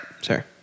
Sir